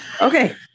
Okay